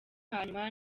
hanyuma